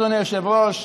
אדוני היושב-ראש,